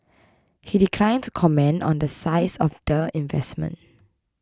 he declined to comment on the size of the investment